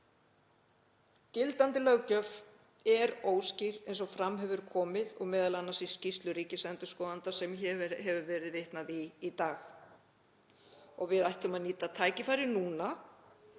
Gildandi löggjöf er óskýr eins og fram hefur komið og m.a. í skýrslu ríkisendurskoðanda sem hefur verið vitnað í hér í dag. Við ættum að nýta tækifærið,